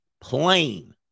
plain